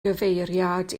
gyfeiriad